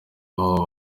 aho